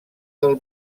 del